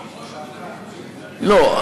לא.